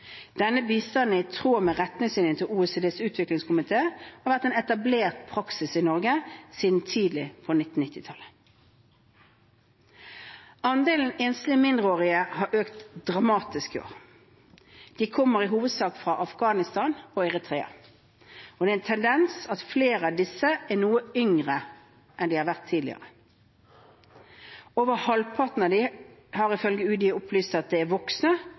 Denne bistanden er i tråd med retningslinjene til OECDs utviklingskomité og har vært en etablert praksis i Norge siden tidlig på 1990-tallet. Andelen enslige mindreårige har økt dramatisk i år. De kommer i hovedsak fra Afghanistan og Eritrea, og det er en tendens at flere av disse er noe yngre enn tidligere. Over halvparten av dem har ifølge UDI opplyst at det er voksne